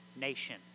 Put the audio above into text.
nation